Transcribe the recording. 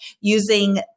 using